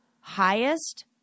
highest